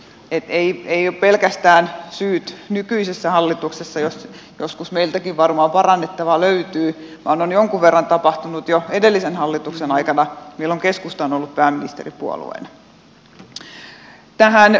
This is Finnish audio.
eli ei ole syyt pelkästään nykyisessä hallituksessa vaikka joskus meiltäkin varmaan parannettavaa löytyy vaan on jonkin verran tapahtunut jo edellisen hallituksen aikana jolloin keskusta on ollut pääministeripuolueena